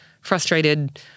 frustrated